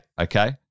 okay